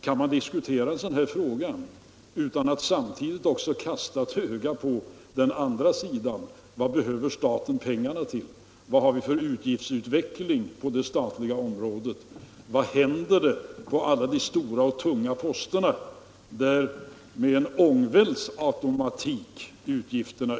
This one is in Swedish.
Kan man diskutera en sådan fråga utan att samtidigt också kasta ett öga på den andra sidan, dvs. vad staten behöver pengarna till, vad vi har för utgiftsutveckling på det statliga området? Vad händer på alla de stora och tunga posterna där utgifterna med en ångvälts automatik bara ökar?